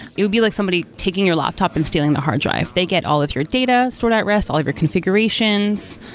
it would be like somebody taking your laptop and stealing the hard drive they get all of your data stored at rest, all of your configurations,